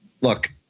look